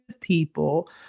people